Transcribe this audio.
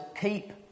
keep